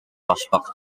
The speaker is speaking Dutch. wasbak